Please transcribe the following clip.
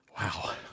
Wow